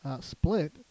split